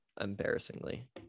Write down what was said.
Embarrassingly